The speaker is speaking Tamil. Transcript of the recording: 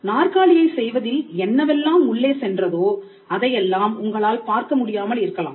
நாற்காலியை செய்வதில் என்னவெல்லாம் உள்ளே சென்றதோ அதையெல்லாம் உங்களால் பார்க்க முடியாமல் இருக்கலாம்